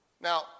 Now